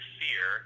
fear